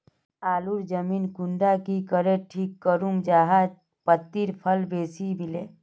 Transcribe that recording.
आलूर जमीन कुंडा की करे ठीक करूम जाहा लात्तिर फल बेसी मिले?